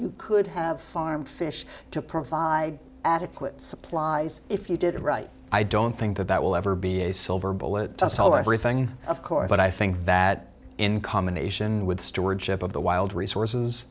you could have farmed fish to provide adequate supplies if you did right i don't think that that will ever be a silver bullet so everything of course but i think that in combination with the stewardship of the wild resources